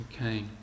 Okay